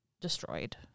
destroyed